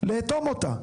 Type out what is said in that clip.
לאטום אותה,